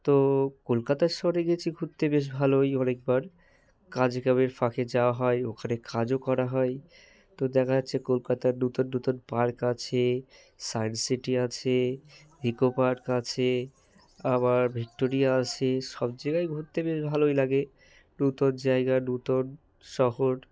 তো কলকাতা শহরে গেছি ঘুরতে বেশ ভালোই অনেকবার কাজ কামের ফাঁকে যা হয় ওখানে কাজও করা হয় তো দেখা যাচ্ছে কলকাতার নূতন নূতন পার্ক আছে সাইন্স সিটি আছে ইকো পার্ক আছে আবার ভিক্টোরিয়া আছে সব জায়গায় ঘুরতে বেশ ভালোই লাগে নূতন জায়গা নূতন শহর